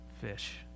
Fish